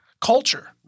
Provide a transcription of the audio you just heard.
culture